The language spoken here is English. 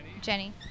Jenny